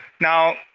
Now